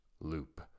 loop